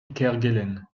kerguelen